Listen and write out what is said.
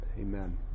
amen